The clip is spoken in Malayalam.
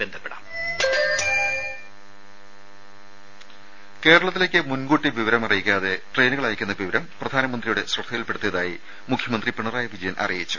രുമ കേരളത്തിലേക്ക് മുൻകൂട്ടി അറിയിക്കാതെ ട്രെയിനുകൾ അയക്കുന്ന വിവരം പ്രധാനമന്ത്രിയുടെ ശ്രദ്ധയിൽപെടുത്തിയതായി മുഖ്യമന്ത്രി പിണറായി വിജയൻ അറിയിച്ചു